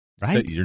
Right